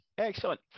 Excellent